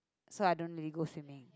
so I don't really go swimming